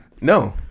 No